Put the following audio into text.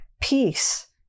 peace